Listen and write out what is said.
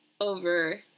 over